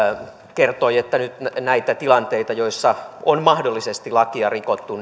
kertoi että nyt selvitetään näitä tilanteita joissa on mahdollisesti lakia rikottu